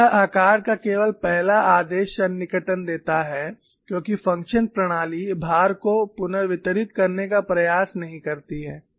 तो यह आकार का केवल पहला आदेश सन्निकटन देता है क्योंकि फंक्शन प्रणाली भार को पुनर्वितरित करने का प्रयास नहीं करती है